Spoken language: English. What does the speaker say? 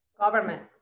Government